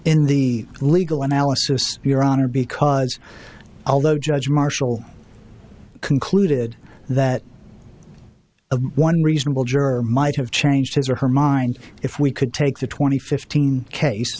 in the legal analysis your honor because although judge marshall concluded that a one reasonable juror might have changed his or her mind if we could take the twenty fifteen case